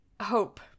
hope